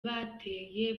bateye